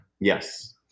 Yes